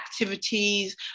activities